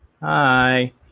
Hi